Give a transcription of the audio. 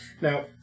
now